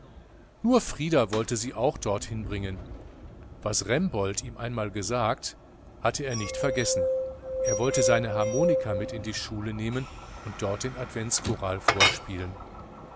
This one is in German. nur frieder wollte sie auch dorthin bringen was remboldt ihm einmal gesagt hatte er nicht vergessen er wollte seine harmonika mit in die schule nehmen und dort den adventschoral vorspielen